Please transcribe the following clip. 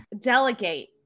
delegate